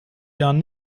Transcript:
jahren